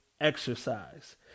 exercise